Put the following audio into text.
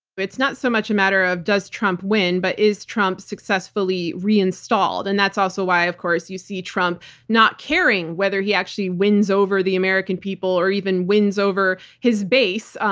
it's not so much a matter of does trump win, but is trump successfully re-installed? and that's also why, of course, you see trump not caring whether he actually wins over the american people or even wins over his base,